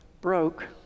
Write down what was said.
broke